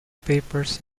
papers